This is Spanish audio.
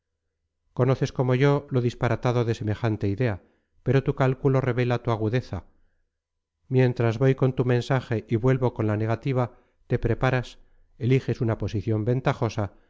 conoces como yo lo disparatado de semejante idea pero tu cálculo revela tu agudeza mientras voy con tu mensaje y vuelvo con la negativa te preparas eliges una posición ventajosa